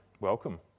Welcome